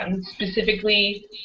specifically